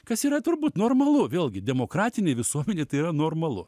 kas yra turbūt normalu vėlgi demokratinėj visuomenėj tai yra normalu